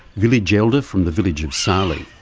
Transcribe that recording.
village elder from the village of sahli.